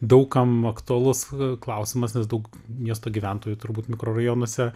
daug kam aktualus klausimas nes daug miesto gyventojų turbūt mikrorajonuose